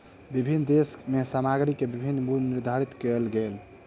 विभिन्न देश में सामग्री के विभिन्न मूल्य निर्धारित कएल गेल